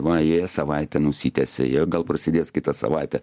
vajė savaitę nusitęsė jie gal prasidės kitą savaitę